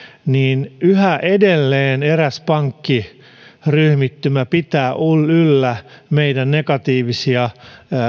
yhä edelleen eräs pankkiryhmittymä pitää yllä meidän negatiivisia